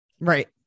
Right